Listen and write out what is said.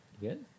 Good